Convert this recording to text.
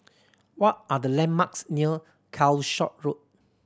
what are the landmarks near Calshot Road